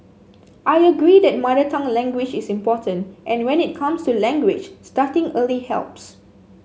I agree that mother tongue language is important and when it comes to language starting early helps